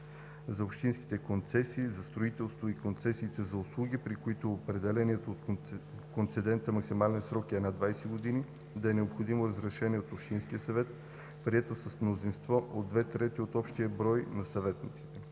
за общински концесии за строителство и концесии за услуги, при които определеният от концедента максимален срок е над 20 години, да е необходимо разрешение от общинския съвет, прието с мнозинство от 2/3 от общия брой на съветниците;